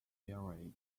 theory